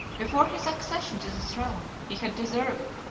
before his accession to the throne, he had deserved,